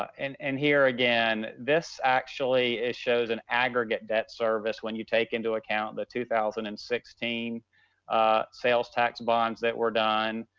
and and here again, this actually shows an aggregate debt service. when you take into account the two thousand and sixteen sales tax bonds that were done,